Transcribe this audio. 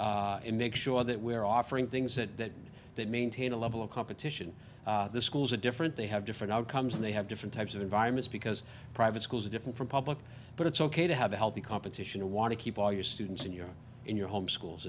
in make sure that we are offering things that that maintain a level of competition the schools are different they have different outcomes and they have different types of environments because private schools are different from public but it's ok to have a healthy competition to want to keep all your students in your in your home schools